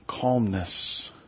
Calmness